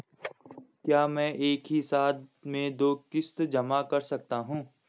क्या मैं एक ही साथ में दो किश्त जमा कर सकता हूँ?